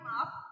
up